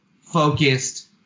focused